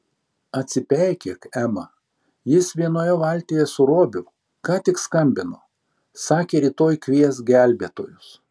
atsipeikėk ema jis vienoje valtyje su robiu ką tik skambino sakė rytoj kvies gelbėtojus